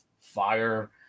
fire